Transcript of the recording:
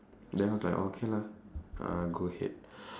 then I was like orh okay lah go ahead